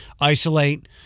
isolate